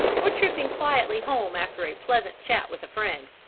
or tripping quietly home after a pleasant chat with a friend.